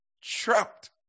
trapped